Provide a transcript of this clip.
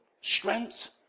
strength